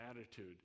attitude